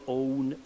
own